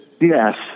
Yes